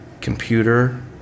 computer